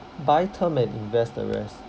buy term invest the rest